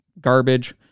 garbage